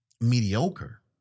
mediocre